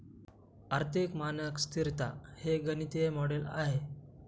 आर्थिक मानक स्तिरता हे गणितीय मॉडेल आहे